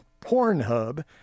Pornhub